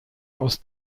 aus